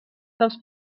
dels